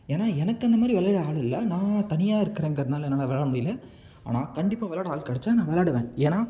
ஏன்னா எனக்கு அந்த மாதிரி விளையாட ஆள் இல்லை நான் தனியா இருக்கிறங்கிறதுனால என்னால் விளையாட முடியல ஆனால் கண்டிப்பாக விளையாட ஆள் கிடச்சா நான் விளையாடுவேன் ஏன்னா